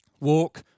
Walk